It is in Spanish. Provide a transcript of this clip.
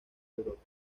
europa